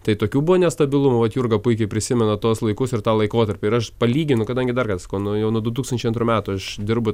tai tokių buvo nestabilumų vot jurga puikiai prisimena tuos laikus ir tą laikotarpį ir aš palyginu kadangi dar kart sakau nu jau nuo du tūkstančiai antrų metų aš dirbu